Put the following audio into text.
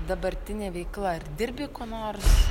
dabartinė veikla ar dirbi kuo nors